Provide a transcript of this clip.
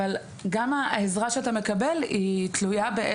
אבל גם העזרה שאתה מקבל היא תלויה.